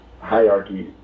hierarchy